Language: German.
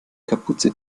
kapuze